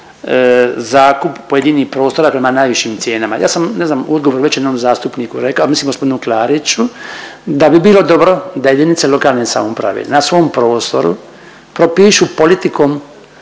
zakup pojedinih prostora prema najvišim cijenama. Ja sam ne znam u odgovoru već jednom zastupniku rekao, mislim gospodinu Klariću, da bi bilo dobro da jedinice lokalne samouprave na svom prostoru propišu politikom